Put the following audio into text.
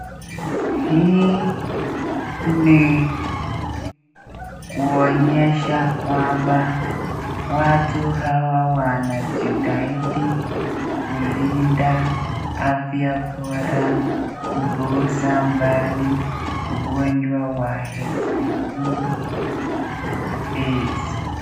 Hii ni kuonyesha kwamba watu hawa wanajitahidi kulinda afya bora kupuuza mbali ugonjwa wa HIV na AIDs.